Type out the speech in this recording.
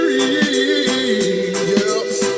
yes